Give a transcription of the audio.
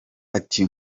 ati